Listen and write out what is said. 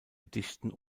gedichten